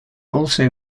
also